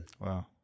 Wow